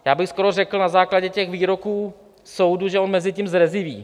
Já bych skoro řekl na základě těch výroků soudu, že on mezitím zreziví.